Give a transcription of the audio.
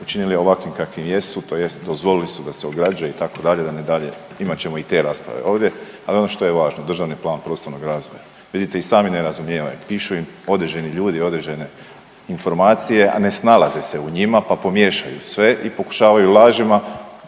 učinili ovakvim kakvim jesu tj. dozvolili su da se ograđuje itd. da ne … imat ćemo i te rasprave ovdje. Ali ono što je važno državni plan prostornog razvoja, vidite i sami nerazumijevanje, pišu im određeni ljudi, određene informacije, a ne snalaze se u njima pa pomiješaju sve i pokušavaju lažima